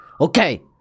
Okay